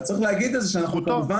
אז צריך להגיד את זה שאנחנו, כמובן